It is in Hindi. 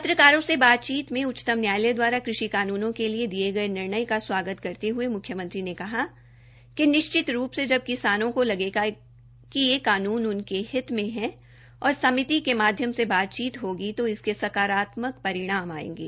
पत्रकारो से बातचीत में सर्वोच्च न्यायालय दवारा कृषि कानूनों के लिए दिए गए निर्णय का स्वागत करते हुए म्ख्यमंत्री ने कहा कि निश्चित रूप से जब किसानों को लगेगा कि यह कानून उनके हित में है और समिति के माध्यम से बातचीत होगी तो इसके सकरात्मक नतीजे आएंगे